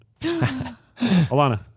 Alana